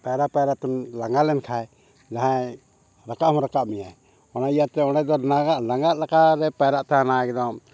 ᱯᱟᱭᱨᱟ ᱯᱟᱭᱨᱟ ᱛᱮᱢ ᱞᱟᱸᱜᱟ ᱞᱮᱱᱠᱷᱟᱱ ᱡᱟᱦᱟᱸᱭ ᱨᱟᱠᱟᱵ ᱦᱚᱸᱭ ᱨᱟᱠᱟᱵ ᱢᱮᱭᱟᱭ ᱚᱱᱟ ᱤᱭᱟᱹᱛᱮ ᱚᱸᱰᱮ ᱫᱚ ᱞᱟᱸᱜᱟᱜ ᱞᱮᱠᱟᱞᱮ ᱯᱟᱭᱨᱟᱜ ᱛᱟᱦᱮᱱᱟ ᱮᱠᱫᱚᱢ